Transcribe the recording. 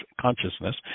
consciousness